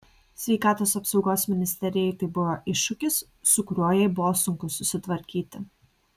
sveikatos apsaugos ministerijai tai buvo iššūkis su kuriuo jai buvo sunku susitvarkyti